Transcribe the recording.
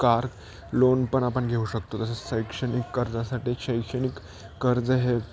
car loan पण आपण घेऊ शकतो तसेच शैक्षणिक कर्जासाठी शैक्षणिक कर्ज हे